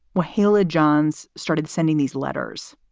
mahela johns started sending these letters,